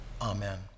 Amen